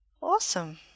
awesome